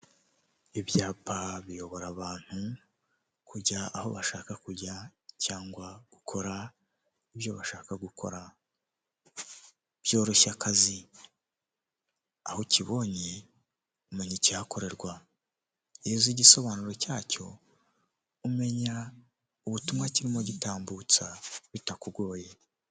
Ibyapa biyobora abantu kujya aho bashaka kujya cyangwa gukora ibyo bashaka gukora, byoroshya akazi, aho ukibonye umenya icyihakorerwa, iyo uzi igisobanuro cyacyo umenya ubutumwa kirimo gitambutsa bitakugoye.